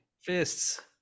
fists